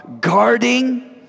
guarding